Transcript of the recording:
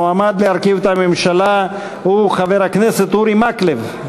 המועמד להרכיב את הממשלה הוא חבר הכנסת אורי מקלב.